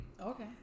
Okay